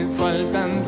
faltan